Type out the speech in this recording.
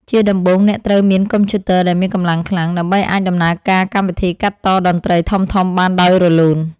ជាដំបូងអ្នកត្រូវមានកុំព្យូទ័រដែលមានកម្លាំងខ្លាំង ដើម្បីអាចដំណើរការកម្មវិធីកាត់តតន្ត្រីធំៗបានដោយរលូន។